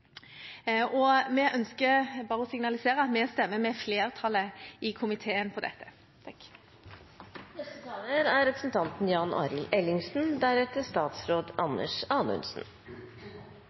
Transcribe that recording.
og vi ønsker å signalisere at vi stemmer med flertallet i komiteen når det gjelder dette.